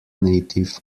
native